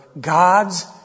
God's